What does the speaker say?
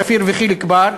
שפיר וחיליק בר,